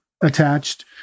attached